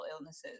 illnesses